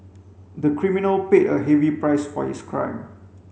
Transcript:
the criminal paid a heavy price for his crime